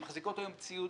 שמחזיקות היום ציוד